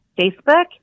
Facebook